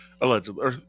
Allegedly